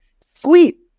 sweet